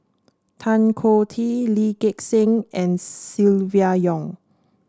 Tan Choh Tee Lee Gek Seng and Silvia Yong